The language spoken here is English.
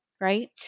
right